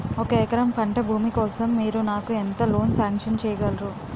ఒక ఎకరం పంట భూమి కోసం మీరు నాకు ఎంత లోన్ సాంక్షన్ చేయగలరు?